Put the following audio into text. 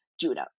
Judah